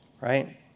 right